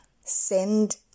Send